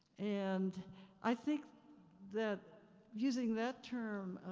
and i think that using that term